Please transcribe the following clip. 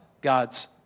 God's